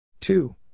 Two